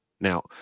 Now